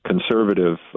conservative